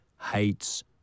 hates